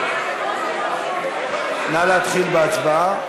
נא להתחיל בהצבעה.